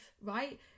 right